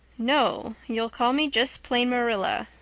no you'll call me just plain marilla.